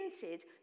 hinted